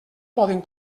poden